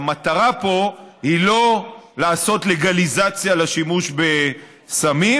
המטרה פה היא לא לעשות לגליזציה לשימוש בסמים